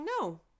no